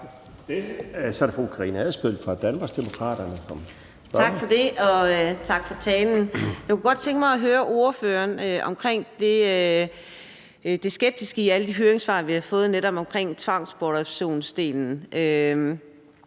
Så er det fru Karina Adsbøl fra Danmarksdemokraterne. Kl. 12:40 Karina Adsbøl (DD): Tak for det, og tak for talen. Jeg kunne godt tænke mig at høre ordføreren om den skepsis i alle de høringssvar, vi har fået, netop omkring tvangsbortadoptionsdelen.